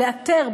לאתר,